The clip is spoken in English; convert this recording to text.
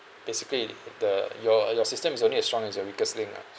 basically the your your system is only as strong as your weakest link lah